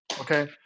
Okay